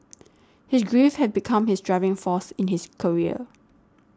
his grief had become his driving force in his career